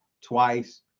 twice